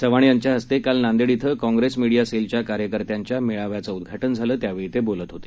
चव्हाण यांच्या हस्ते काल नांदेड क्वि कॉंग्रेस मेडीया सेलच्या कार्यकर्त्यांचा मेळाव्याचं उद्घाटनं झालं त्यावेळी ते बोलत होते